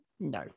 No